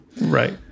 Right